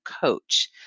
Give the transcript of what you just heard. coach